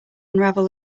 unravel